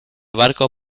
barco